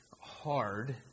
hard